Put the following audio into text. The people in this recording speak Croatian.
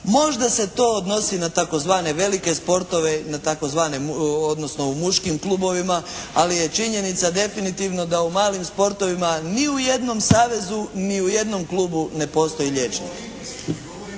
Možda se to odnosi na tzv. velike sportove, na tzv. odnosno u muškim klubovima, ali je činjenica definitivno da u malim sportovima ni u jednom savezu, ni u jednom klubu ne postoji liječnik.